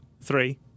Three